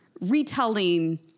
retelling